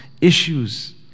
Issues